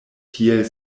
tiel